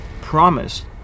promised